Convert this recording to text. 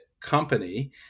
company